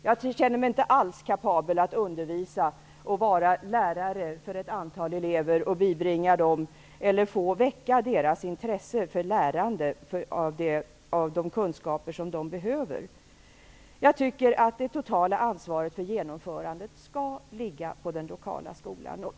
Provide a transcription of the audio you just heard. Jag känner mig inte alls kapabel att undervisa och vara lärare för ett antal elever och väcka deras intresse för inlärandet av de kunskaper som de behöver. Jag tycker att det totala ansvaret för genomförandet skall ligga på den lokala skolan.